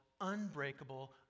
unbreakable